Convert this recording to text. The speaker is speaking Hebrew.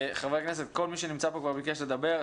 חברי הכנסת, כל מי שנמצא פה כבר ביקש לדבר.